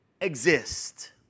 exist